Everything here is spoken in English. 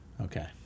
Okay